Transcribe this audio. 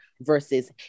versus